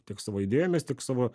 tiek savo idėjomis tiek savo